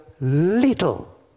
little